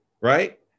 right